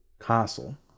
castle